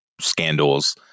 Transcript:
scandals